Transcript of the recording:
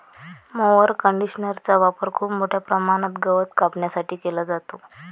mower कंडिशनरचा वापर खूप मोठ्या प्रमाणात गवत कापण्यासाठी केला जातो